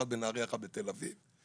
אחת בנהריה ואחת בתל אביב.